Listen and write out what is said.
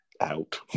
out